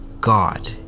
god